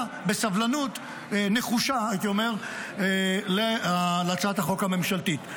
בסבלנות נחושה להצעת החוק הממשלתית.